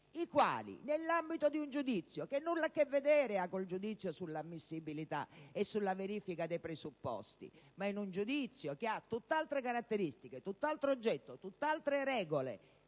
ultimi - nell'ambito di un giudizio che nulla ha a che vedere con quello sull'ammissibilità e sulla verifica dei presupposti, ma ha tut'altre caratteristiche, tutt'altro oggetto, tutt'altre regole